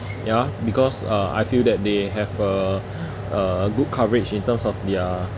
ya because uh I feel that they have a a good coverage in terms of their